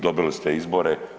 Dobili ste izbore.